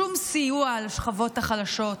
שום סיוע לשכבות החלשות,